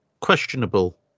questionable